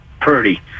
Purdy